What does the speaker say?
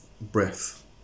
breath